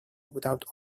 without